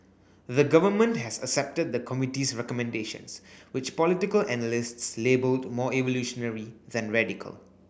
the Government has accepted the committee's recommendations which political analysts labelled more evolutionary than radical